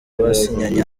basinyanye